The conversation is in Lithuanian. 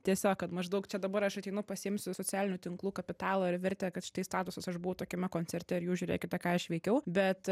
tiesiog kad maždaug čia dabar aš ateinu pasiimsiu socialinių tinklų kapitalo ir vertę kad štai statusas aš buvau tokiame koncerte ir jūs žiūrėkite ką aš veikiau bet